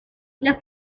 los